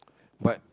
but